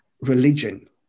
religion